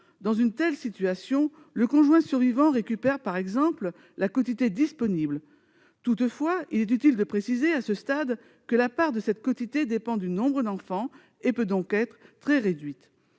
Dans ce cas, le conjoint survivant récupère par exemple la quotité disponible. Toutefois, il est utile de préciser que la part de cette quotité dépend du nombre d'enfants, et peut donc être très réduite.